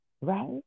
right